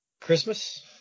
christmas